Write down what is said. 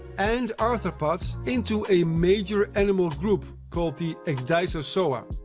and arthropods, into a major animal group called the ecdysozoa.